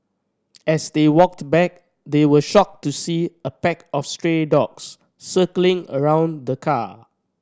as they walked back they were shocked to see a pack of stray dogs circling around the car